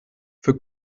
für